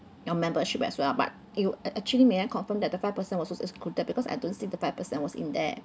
your membership as well but you ac~ actually may I confirm that the five percent was also excluded because I don't see the five percent was in there